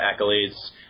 accolades